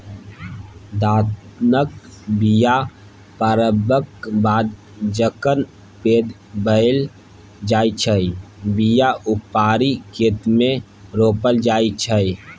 धानक बीया पारबक बाद जखन पैघ भए जाइ छै बीया उपारि खेतमे रोपल जाइ छै